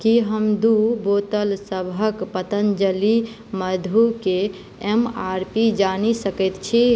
की हम दू बोतलसभ पतंजलि मधुकेँ एम आर पी जानि सकैत छी